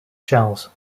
shells